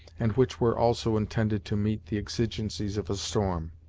and which were also intended to meet the exigencies of a storm.